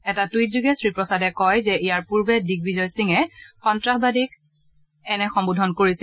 এটা টুইটযোগে শ্ৰীপ্ৰসাদে কয় যে ইয়াৰ পূৰ্বে দিগ্বিজয় সিঙে সন্ত্ৰাসবাদীহঁক এনে সম্বোধন কৰিছিল